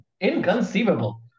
Inconceivable